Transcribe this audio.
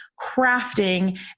crafting